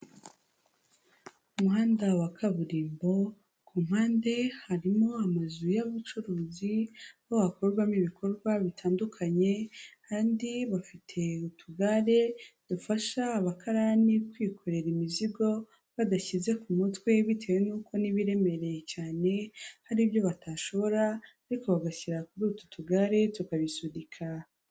Muhanda wa kaburimbo ku mpande harimo amazu y'abacuruzi bo hakorwamo ibikorwa bitandukanye kandi bafite utugare dufasha abakarani kwikorera imizigo badashyize ku mutwe bitewe n'uko n'ibiremereye cyane hari ibyo batashobora ariko bagashyira kurutu tugare tukabisunika.